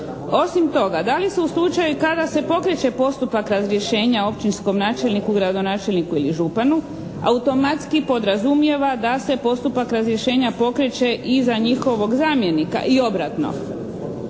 Osim toga, da li se u slučaju kada se pokreće postupak razrješenja općinskom načelniku, gradonačelniku ili županu automatski podrazumijeva da se postupak razrješenja pokreće i za njihovog zamjenika i obratno.